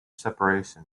separation